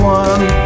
one